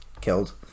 killed